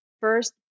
first